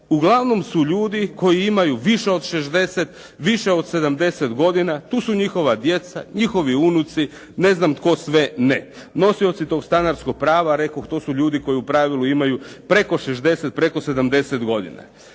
uglavnom su ljudi koji imaju više od 60, više od 70 godina, tu su njihova djeca, njihovi unuci, ne znam tko sve ne. Nosioci tog stanarskog prava, rekoh to su ljudi koji u pravilu imaju preko 60, preko 70 godina.